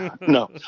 No